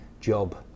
job